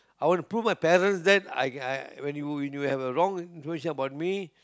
I want to prove my parents then I I when you you have are wrong information about me